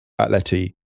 Atleti